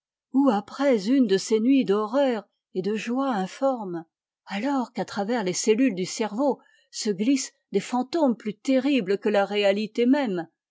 ou après une de ces nuits d'horreur et de joie informe alors qu'à travers les cellules du cerveau se glissent des fantômes plus terribles que la réalité même